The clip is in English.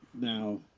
Now